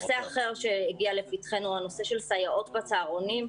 נושא אחר שהגיע לפתחנו הוא הנושא של הסייעות בצהרונים.